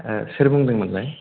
सोर बुंदोंमोनलाय